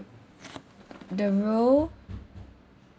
the role